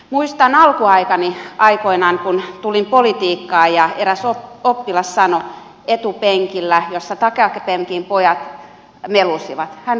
muistan alkuaikani aikoinaan kun tulin politiikkaan ja eräs oppilas kysyi etupenkillä kun takapenkin pojat melusivat